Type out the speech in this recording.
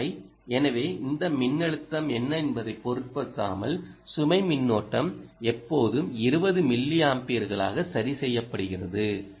இந்த சுமை எனவே இந்த மின்னழுத்தம் என்ன என்பதைப் பொருட்படுத்தாமல் சுமை மின்னோட்டம் எப்போதும் 20 மில்லியம்பீர்களாக சரி செய்யப்படுகிறது